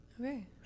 Okay